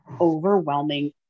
overwhelming